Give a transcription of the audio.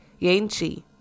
Yanchi